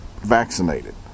vaccinated